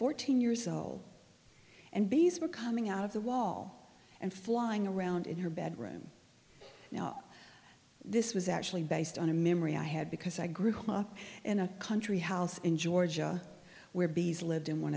fourteen years old and bees were coming out of the wall and flying around in her bedroom now this was actually based on a memory i had because i grew up in a country house in georgia where bees lived in one